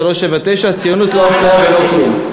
3379, הציונות היא לא אפליה ולא כלום.